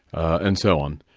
and so on.